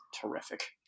terrific